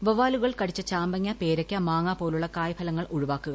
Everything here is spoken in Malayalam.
വവ്വാലൂകൾ കടിച്ച ചാമ്പങ്ങ പേരയ്ക്ക മാങ്ങ പോലുള്ള കായ് ഫലങ്ങൾ ഒഴിവാക്കുക